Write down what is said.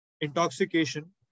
intoxication